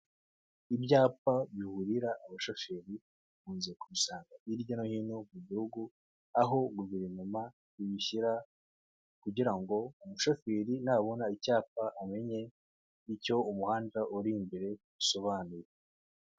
Ibyapa biburira abashoferi ukunze kubisanga hirya no hino mu gihugu, aho guverinoma ibishyira kugira ngo umushoferi nabona icyapa amenye icyo umuhanda uri imbere usobanuye.